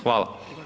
Hvala.